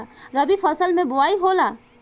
रबी फसल मे बोआई होला?